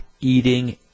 eating